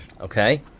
Okay